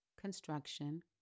construction